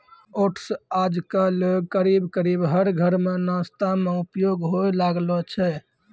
oats आजकल करीब करीब हर घर मॅ नाश्ता मॅ उपयोग होय लागलो छै